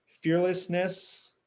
fearlessness